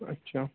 اچھا